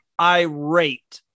irate